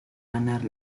ganar